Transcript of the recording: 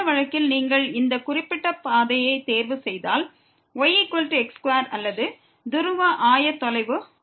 இந்த வழக்கில் நீங்கள் இந்த குறிப்பிட்ட பாதையை தேர்வு செய்தால் yx2 அல்லது துருவ ஆயத்தொலைவு rsin r2